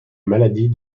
maladie